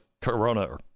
corona